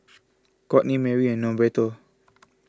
Kourtney Mary and Norberto